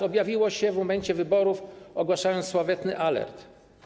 RCB objawiło się w momencie wyborów, ogłaszając sławetny alert.